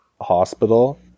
hospital